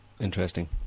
interesting